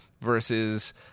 versus